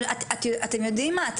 אתם יודעים מה,